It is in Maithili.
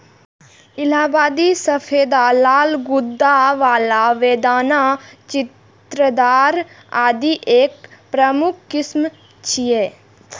इलाहाबादी सफेदा, लाल गूद्दा बला, बेदाना, चित्तीदार आदि एकर प्रमुख किस्म छियै